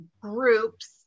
groups